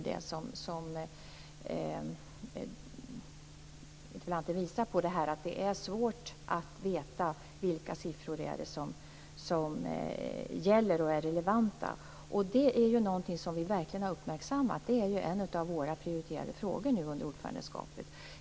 Han visar på att det är svårt att veta vilka siffror det är som gäller och vilka som är relevanta. Det är någonting som vi verkligen har uppmärksammat. Det är en av våra prioriterade frågor under ordförandeperioden.